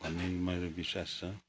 भन्ने मेरो विश्वास छ